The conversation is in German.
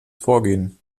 vorgehen